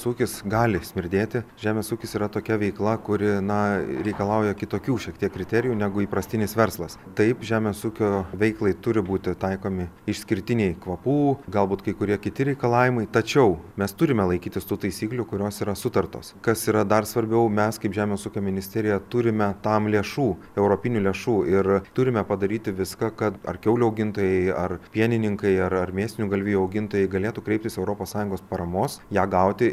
ūkis gali smirdėti žemės ūkis yra tokia veikla kuri na reikalauja kitokių šiek tiek kriterijų negu įprastinis verslas taip žemės ūkio veiklai turi būti taikomi išskirtiniai kvapų galbūt kai kurie kiti reikalavimai tačiau mes turime laikytis tų taisyklių kurios yra sutartos kas yra dar svarbiau mes kaip žemės ūkio ministerija turime tam lėšų europinių lėšų ir turime padaryti viską kad ar kiaulių augintojai ar pienininkai ar ar mėsinių galvijų augintojai galėtų kreiptis europos sąjungos paramos ją gauti